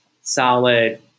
solid